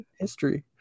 history